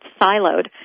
siloed